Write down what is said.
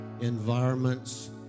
environments